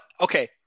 okay